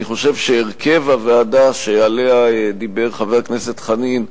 אני חושב שהרכב הוועדה שעליה דיבר חבר הכנסת חנין,